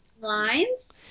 Lines